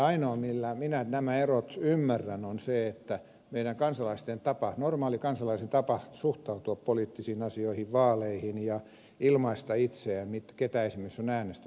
ainoa millä minä nämä erot ymmärrän on se että meidän kansalaisten tapa normaalin kansalaisen tapa suhtautua poliittisiin asioihin vaaleihin ja ilmaista itseään ketä esimerkiksi on äänestänyt on aivan erilainen